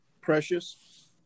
precious